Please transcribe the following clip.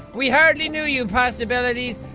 we hardly knew you pastabilities!